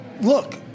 look